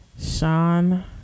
Sean